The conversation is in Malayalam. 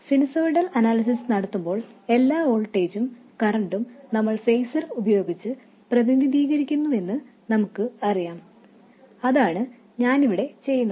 സിനുസോയ്ഡൽ അനാലിസിസ് നടത്തുമ്പോൾ എല്ലാ വോൾട്ടേജും കറൻറും നമ്മൾ ഫേസർ ഉപയോഗിച്ച് പ്രതിനിധീകരിക്കുന്നുവെന്ന് നമുക്ക് അറിയാം അതാണ് ഞാൻ ഇവിടെ ചെയ്യുന്നത്